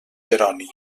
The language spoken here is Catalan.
jeroni